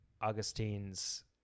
Augustine's